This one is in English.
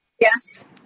Yes